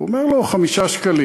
הוא אומר לו: 5 שקלים.